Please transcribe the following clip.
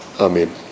Amen